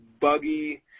buggy